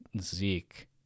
Zeke